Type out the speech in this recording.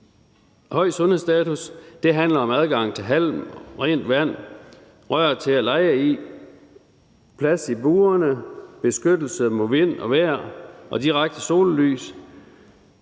høj sundhedsstatus; det handler om adgang til halm, rent vand, rør til at lege i, plads i burene, beskyttelse mod vind og vejr og direkte sollys.